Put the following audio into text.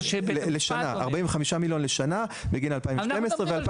45 מיליון ₪ לשנה, בגין 2012 ו-2013.